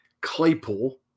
Claypool